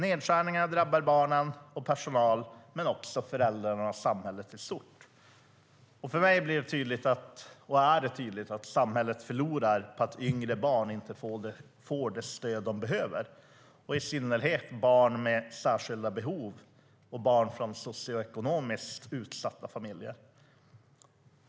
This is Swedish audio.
Nedskärningar drabbar barnen och personalen men också föräldrarna och samhället i stort. För mig är och förblir det tydligt att samhället förlorar på att yngre barn inte får det stöd de behöver, i synnerhet barn med särskilda behov och barn från socioekonomiskt utsatta familjer.